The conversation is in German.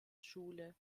schule